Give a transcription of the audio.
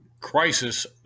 crisis